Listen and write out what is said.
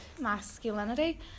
masculinity